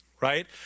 right